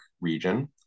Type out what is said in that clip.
region